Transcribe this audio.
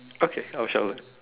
okay I'll